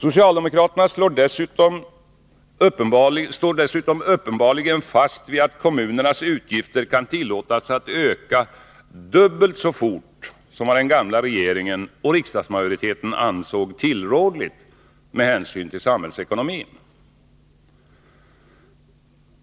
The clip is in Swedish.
Socialdemokraterna står dessutom uppenbarligen fast vid att kommunernas utgifter kan tillåtas öka dubbelt så fort som vad den gamla regeringen och riksdagsmajoriteten ansåg tillrådligt med hänsyn till samhällsekonomin.